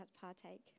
partake